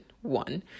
One